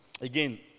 Again